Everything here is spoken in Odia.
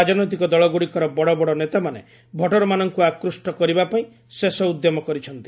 ରାଜନୈତିକ ଦଳଗୁଡ଼ିକର ବଡ଼ବଡ଼ ନେତାମାନେ ଭୋଟରମାନଙ୍କୁ ଆକୃଷ୍ଟ କରିବା ପାଇଁ ଶେଷ ଉଦ୍ୟମ କରିଛନ୍ତି